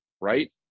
right